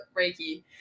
reiki